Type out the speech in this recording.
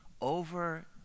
Over